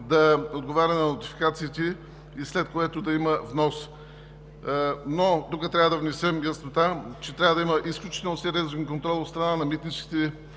да отговаря на нотификациите и след което да има внос. Но тук трябва да внесем яснота, че трябва да има изключително сериозен контрол от страна на митническите